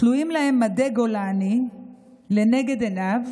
תלויים להם מדי גולני לנגד עיניו,